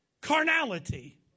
carnality